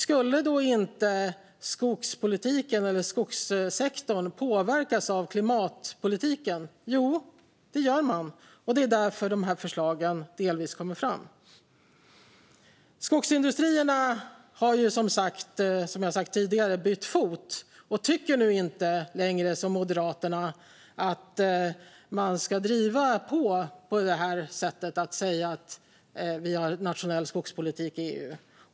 Skulle då inte skogspolitiken eller skogssektorn påverkas av klimatpolitiken? Jo, det gör man, och det är delvis därför dessa förslag kommer fram. Skogsindustrierna har, som jag har sagt tidigare, bytt fot och tycker inte längre som Moderaterna att man ska driva på så här i EU och säga att vi har en nationell skogspolitik.